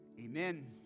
Amen